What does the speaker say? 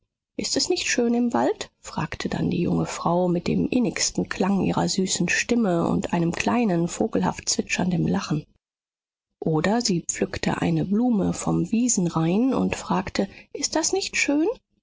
ist es nicht schön im wald fragte dann die junge frau mit dem innigsten klang ihrer süßen stimme und einem kleinen vogelhaft zwitschernden lachen oder sie pflückte eine blume vom wiesenrain und fragte ist das nicht schön